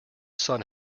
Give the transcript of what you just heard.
sun